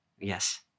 Yes